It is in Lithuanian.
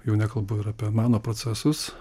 jau nekalbu ir apie mano procesus